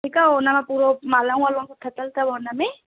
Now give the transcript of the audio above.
ठीकु आहे उन मां पूरो मालाऊं वालाऊं बि थदल अथव उनमें